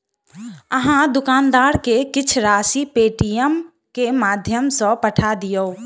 अहाँ दुकानदार के किछ राशि पेटीएमम के माध्यम सॅ पठा दियौ